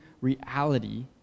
reality